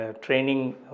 training